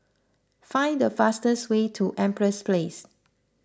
find the fastest way to Empress Place